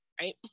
Right